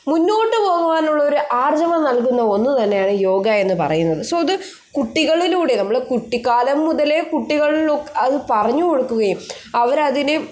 മുന്നോട്ട് പോകാനുള്ള ഒരു ആർജ്ജവം നൽകുന്ന ഒന്ന് തന്നെയാണ് ഈ യോഗ എന്ന് പറയുന്നത് സോ ഇത് കുട്ടികളിലൂടെ നമ്മൾ കുട്ടികാലം മുതലേ കുട്ടികൾ അത് പറഞ്ഞുകൊടുക്കുകയും അവരതിനെ